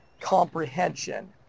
comprehension